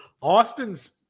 Austin's